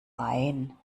rein